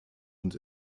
und